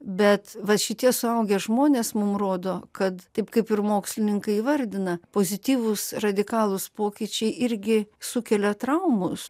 bet va šitie suaugę žmonės mum rodo kad taip kaip ir mokslininkai įvardina pozityvūs radikalūs pokyčiai irgi sukelia traumas